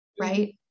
right